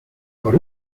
por